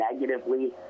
negatively